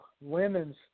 women's